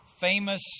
famous